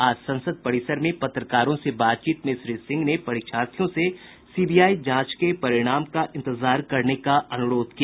आज संसद परिसर में पत्रकारों से बातचीत में श्री सिंह ने परीक्षार्थियों से सीबीआई जाँच के परिणाम का इंतजार करने का अनुरोध किया